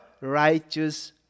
righteous